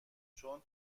چون